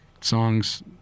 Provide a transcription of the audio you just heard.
songs